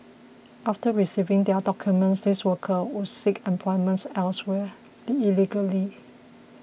after receiving their documents these workers would then seek employment elsewhere illegally